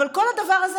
אבל כל הדבר הזה,